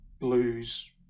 blues